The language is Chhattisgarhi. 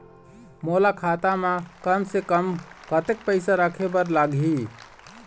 मोला खाता म कम से कम कतेक पैसा रखे बर लगही?